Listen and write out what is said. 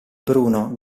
bruno